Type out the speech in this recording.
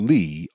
Lee